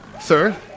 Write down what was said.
sir